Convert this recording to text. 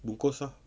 bungkus ah